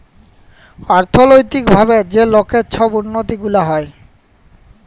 অথ্থলৈতিক ভাবে যে লকের ছব উল্লতি গুলা হ্যয়